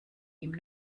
ihm